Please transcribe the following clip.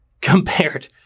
compared